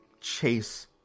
chase